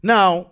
Now